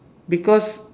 because